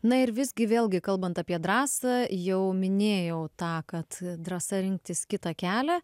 na ir visgi vėlgi kalbant apie drąsą jau minėjau tą kad drąsa rinktis kitą kelią